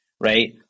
right